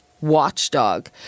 watchdog